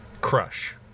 Crush